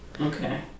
Okay